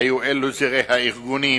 היו אלו זרי הארגונים,